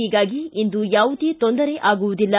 ಹೀಗಾಗಿ ಇಂದು ಯಾವುದೇ ತೊಂದರೆ ಆಗುವುದಿಲ್ಲ